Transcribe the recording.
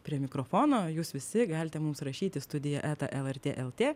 prie mikrofono jūs visi galite mums rašyti studija eta lrt lt